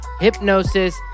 Hypnosis